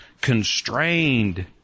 constrained